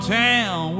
town